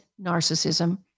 narcissism